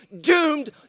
doomed